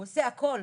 הוא עושה הכל,